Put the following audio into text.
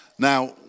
Now